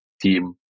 team